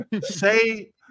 Say